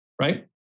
right